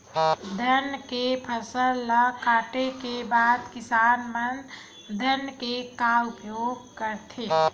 धान के फसल ला काटे के बाद किसान मन धान के का उपयोग करथे?